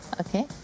Okay